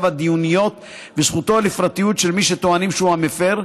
הדיוניות וזכותו לפרטיות של מי שטוענים שהוא המפר,